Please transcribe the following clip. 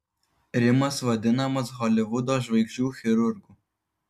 rimas vadinamas holivudo žvaigždžių chirurgu